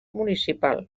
municipal